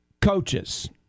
coaches